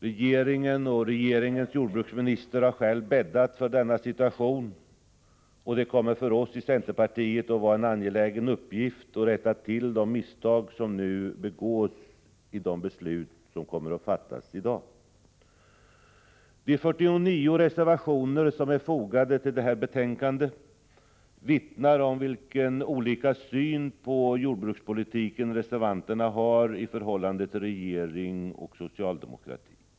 Regeringen och regeringens jordbruksminister har själva bäddat för denna situation, och det kommer för oss i centerpartiet att vara en angelägen uppgift att rätta till de misstag som nu begås genom de beslut som kommer att fattas i dag. De 49 reservationer som är fogade till detta betänkande vittnar om hur olika syn på jordbrukspolitiken reservanterna har i förhållande till regeringen och socialdemokratin.